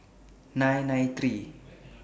nine nine three